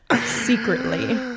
secretly